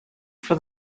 for